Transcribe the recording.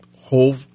whole